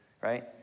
right